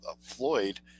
Floyd